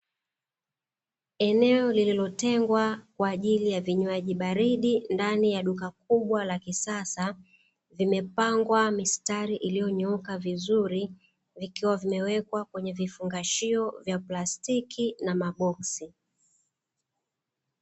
Eneo lililotengwa kwa ajili ya vinywaji baridi ndani ya duka kubwa la kisasa vimepangwa mistari ilinyooka vizuri, vikiwa vimewekwa kwenye vifungashio vya plastiki na maboksi.